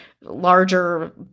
larger